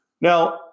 Now